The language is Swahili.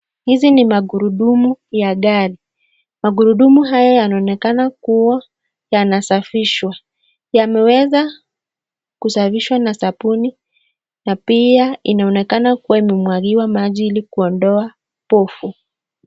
Hizi ni magurudumu ya gari. Magurudumu haya yanaonekana yanasafishwa yameweza kusafishwa na sabuni na pia inaonekana kuwa imemwakiwa maji ili kuondoa pofu.